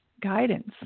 guidance